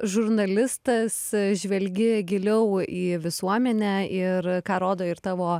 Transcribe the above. žurnalistas žvelgi giliau į visuomenę ir ką rodo ir tavo